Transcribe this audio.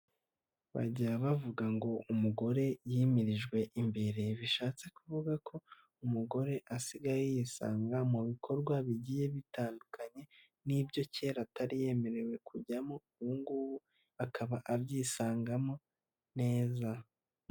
Bajya bavuga ngo umugore yimirijwe imbere, bishatse kuvuga ko umugore asigaye yisanga mu bikorwa bigiye bitandukanye n'ibyo kera atari yemerewe kujyamo, ubu ngubu akaba abyisangamo neza.